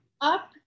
up